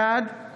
בעד מיכאל